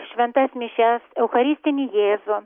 šventas mišias eucharistinį jėzų